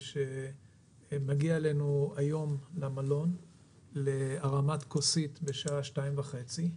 שמגיע אלינו היום למלון להרמת כוסית בשעה 2:30,